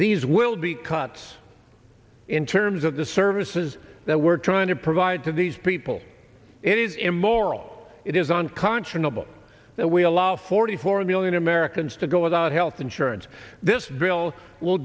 these will be cuts in terms of the services that we're trying to provide to these people it is immoral it is unconscionable that we allow forty four million americans to go without health insurance this bill will